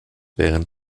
während